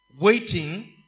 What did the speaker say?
waiting